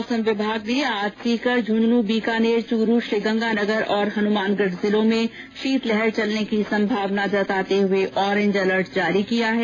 मौसम विभाग ने आज सीकर झंझन बीकानेर चूरू श्रीगंगानगर तथा हनुमानगढ़ जिलों में शीतलहर चलने की संभावना जताते हुए और्रेज अलर्ट जारी किया है